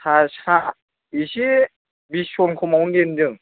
सा सा इसे बिसजन खमावनो जेनदों